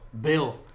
Bill